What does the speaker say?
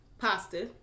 pasta